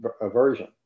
aversion